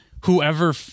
whoever